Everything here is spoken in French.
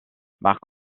marc